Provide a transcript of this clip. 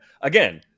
again